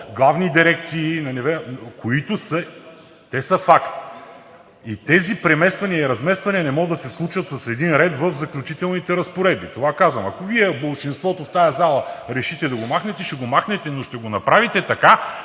главни дирекции, които са факт – те са факт. И тез премествания и размествания не могат да се случат с един ред в Заключителните разпоредби. Това казвам. Ако Вие, болшинството в тази зала, решите да го махнете, ще го махнете, но ще го направите така,